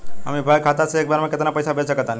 हम यू.पी.आई खाता से एक बेर म केतना पइसा भेज सकऽ तानि?